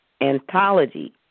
Anthology